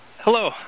Hello